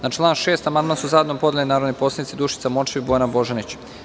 Na član 6. amandman su zajedno podnele narodni poslanici Dušica Morčev i Bojana Božanić.